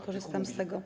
Korzystam z tego.